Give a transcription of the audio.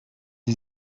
die